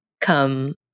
come